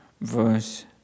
Verse